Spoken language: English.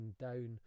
down